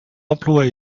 emplois